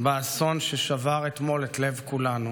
באסון ששבר אתמול את לב כולנו,